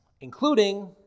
including